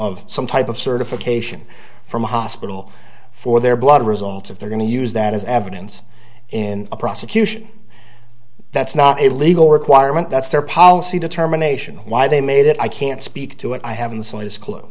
of some type of certification from a hospital for their blood results if they're going to use that as evidence in a prosecution that's not a legal requirement that's their policy determination why they made it i can't speak to it i haven't